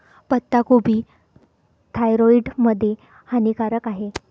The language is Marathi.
पत्ताकोबी थायरॉईड मध्ये हानिकारक आहे